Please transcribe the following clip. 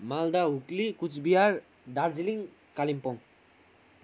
Malda Hooghly Coochbehar Darjeeling Kalimpong